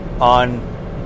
on